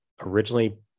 originally